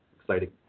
Exciting